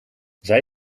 zij